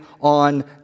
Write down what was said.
on